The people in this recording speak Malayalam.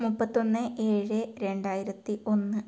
മൂപ്പത്തിയൊന്ന് ഏഴ് രണ്ടായിരത്തി ഒന്ന്